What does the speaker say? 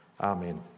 Amen